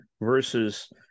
versus